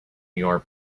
your